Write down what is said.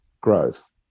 growth